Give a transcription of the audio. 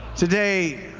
today,